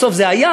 בסוף זה היה.